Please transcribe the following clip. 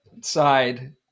side